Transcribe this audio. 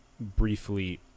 briefly